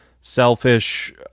selfish